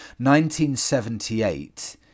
1978